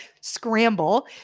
scramble